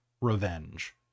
revenge